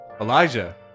Elijah